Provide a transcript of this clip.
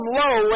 low